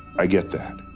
i get that.